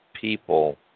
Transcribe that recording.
people